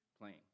playing